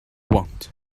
want